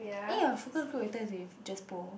eh our focus group later is with Jaspo